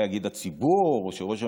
מה יגיד הציבור שראש הממשלה,